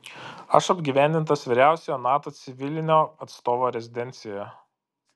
aš apgyvendintas vyriausiojo nato civilinio atstovo rezidencijoje